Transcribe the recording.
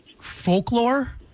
folklore